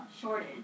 shortage